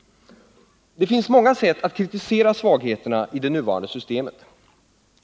Det finns många sätt att kritisera svagheterna i det nuvarande systemet.